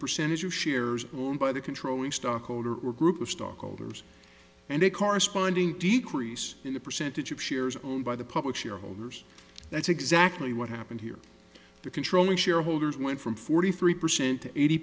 percentage of shares owned by the controlling stockholder or group of stockholders and a corresponding decrease in the percentage of shares owned by the public shareholders that's exactly what happened here the controlling holders went from forty three percent to eighty